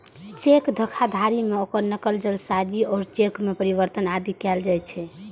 cheque धोखाधड़ी मे ओकर नकल, जालसाजी आ चेक मे परिवर्तन आदि कैल जाइ छै